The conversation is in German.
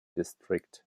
district